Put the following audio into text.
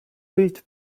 bild